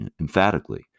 emphatically